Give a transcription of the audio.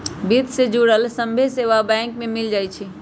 वित्त से जुड़ल सभ्भे सेवा बैंक में मिल जाई छई